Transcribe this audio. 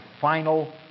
final